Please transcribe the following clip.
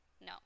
No